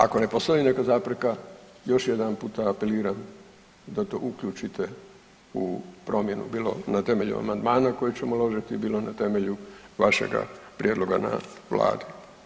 Ako ne postoji neka zapreka još jedanputa apeliram da to uključite u promjenu bilo na temelju amandmana koji ćemo uložiti, bilo na temelju vašega prijedloga na vladi.